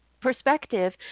perspective